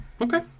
Okay